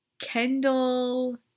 Kendall